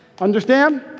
Understand